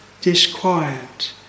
disquiet